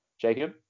Jacob